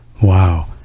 Wow